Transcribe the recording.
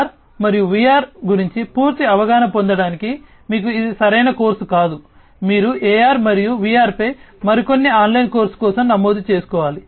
AR మరియు VR గురించి పూర్తి అవగాహన పొందడానికి మీకు ఇది సరైన కోర్సు కాదు మీరు AR మరియు VR పై మరికొన్ని ఆన్లైన్ కోర్సు కోసం నమోదు చేసుకోవాలి